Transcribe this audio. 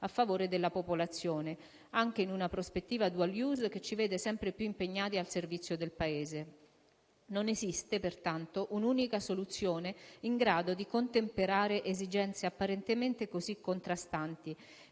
favore della popolazione, anche in una prospettiva *dual use* che ci vede sempre più impegnati al servizio del Paese. Non esiste, pertanto, un'unica soluzione in grado di contemperare esigenze apparentemente così contrastanti,